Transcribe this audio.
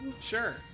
Sure